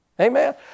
Amen